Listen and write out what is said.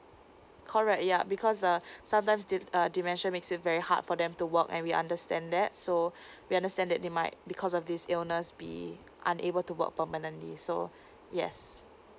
correct ya because uh sometimes de~ err dementia makes it very hard for them to work and we understand that so we understand that they might because of this illness be unable to work permanently so yes